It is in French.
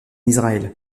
israël